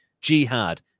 Jihad